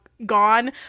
gone